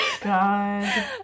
god